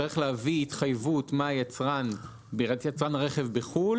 יצטרך להביא התחייבות מיצרן הרכב בחו"ל